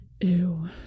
Ew